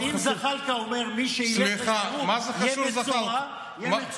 אם זחאלקה אומר שמי שילך לשירות יהיה מצורע,